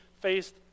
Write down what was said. faced